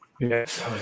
yes